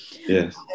Yes